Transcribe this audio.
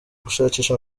gushakisha